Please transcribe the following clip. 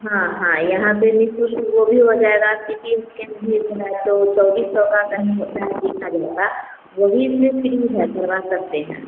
हाँ हाँ यहाँ पर निःशुल्क वह भी हो जाएगा सि टी स्कैन भी होगा तो चौबीस सौ का कहीं होता है तीन हज़ार का वह भी इसमें फ़्री यूज़ है करवा सकते हैं